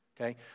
Okay